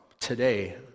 Today